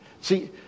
See